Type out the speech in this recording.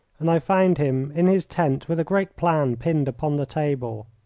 and i found him in his tent with a great plan pinned upon the table.